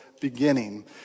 beginning